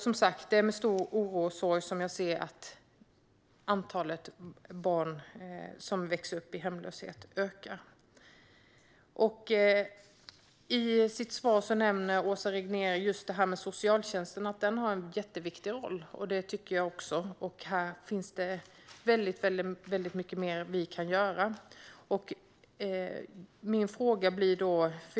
Som sagt, det är med stor oro och sorg som jag ser att antalet barn som växer upp i hemlöshet ökar. I sitt svar nämner Åsa Regnér socialtjänsten och att den har en jätteviktig roll. Det tycker jag också. Här finns mycket mer vi kan göra.